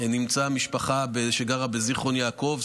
נמצאה משפחה שגרה בזיכרון יעקב,